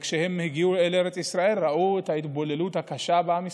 כשהם הגיעו אל ארץ ישראל הם ראו את ההתבוללות הקשה בעם ישראל,